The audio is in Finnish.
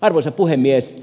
arvoisa puhemies